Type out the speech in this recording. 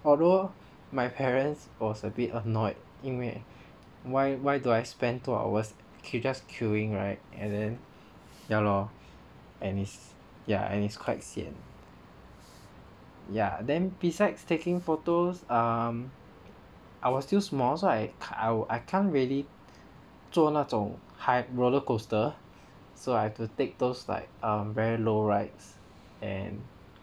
although my parents was a bit annoyed 因为 why why do I spent two hours can just queueing [right] and then ya lor and it's ya and it's quite sian ya then besides taking photos um I was still small so I I can't really 坐那种 high roller coaster so I have to take those like um very low rise and